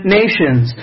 nations